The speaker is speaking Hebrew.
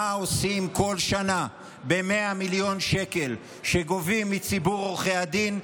מה עושים כל שנה ב-100 מיליון שקל שגובים מציבור עורכי הדין,